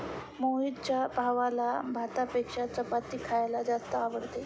मोहितच्या भावाला भातापेक्षा चपाती खायला जास्त आवडते